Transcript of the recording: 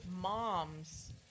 moms